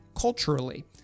culturally